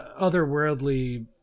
otherworldly